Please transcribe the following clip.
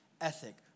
ethic